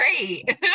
great